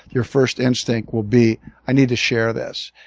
your first instinct will be i need to share this.